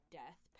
death